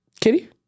Kitty